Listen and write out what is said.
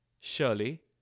Surely